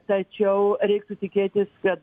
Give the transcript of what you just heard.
tačiau reiktų tikėtis kad